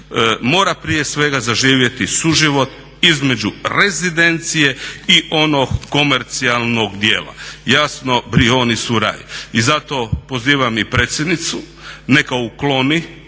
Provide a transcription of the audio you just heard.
mora prije svega zaživjeti suživot između rezidencije i onog komercijalnog dijela. Jasno Brioni su raj. I zato pozivam i predsjednicu neka ukloni,